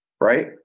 Right